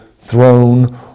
Throne